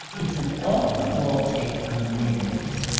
it's an off-the-wall take on mayonnaise.